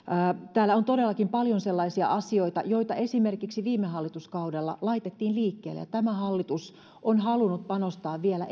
täällä on todellakin paljon sellaisia asioita joita esimerkiksi viime hallituskaudella laitettiin liikkeelle ja joihin tämä hallitus on halunnut panostaa vielä